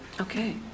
okay